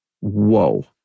Whoa